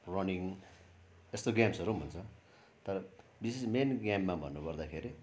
running यस्तो गेम्सहरू पनि हुन्छ तर विशेष मेन गेममा भन्नुुपर्दाखेरि